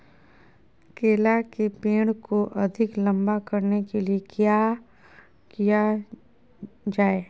केला के पेड़ को अधिक लंबा करने के लिए किया किया जाए?